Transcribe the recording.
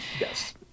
Yes